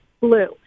blue